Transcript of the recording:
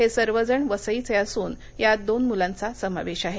हे सर्व जण वसईचे असून यात दोन मुलांचा समावेश आहे